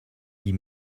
die